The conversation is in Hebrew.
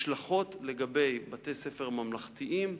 השלכות לגבי בתי-ספר ממלכתיים,